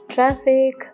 Traffic